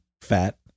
Fat